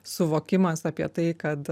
suvokimas apie tai kad